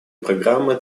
программа